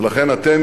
ולכן אתם,